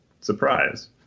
surprise